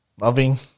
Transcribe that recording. loving